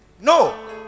No